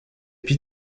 pis